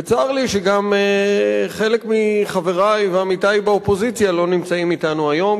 וצר לי שגם חלק מחברי ועמיתי באופוזיציה לא נמצאים אתנו היום,